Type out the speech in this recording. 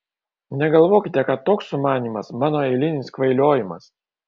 negalvokite kad toks sumanymas mano eilinis kvailiojimas